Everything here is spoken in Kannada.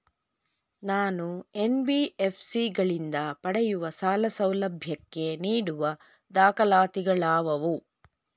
ನಾನು ಎನ್.ಬಿ.ಎಫ್.ಸಿ ಗಳಿಂದ ಪಡೆಯುವ ಸಾಲ ಸೌಲಭ್ಯಕ್ಕೆ ನೀಡುವ ದಾಖಲಾತಿಗಳಾವವು?